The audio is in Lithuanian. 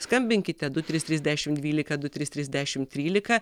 skambinkite du trys trys dešimt dvylika du trys trys dešimt trylika